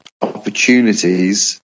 opportunities